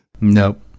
nope